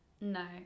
No